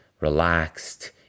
relaxed